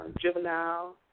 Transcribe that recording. juvenile